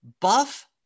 Buff